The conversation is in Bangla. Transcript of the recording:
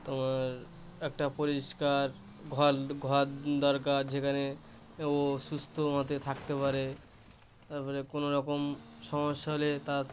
তোমার একটা পরিষ্কার ঘল ঘর দরকার যেখানে ও সুস্থ মতে থাকতে পারে তার পরে কোনোরকম সমস্যা হলে তার